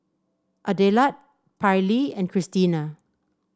Adelard Pairlee and Christina